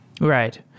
Right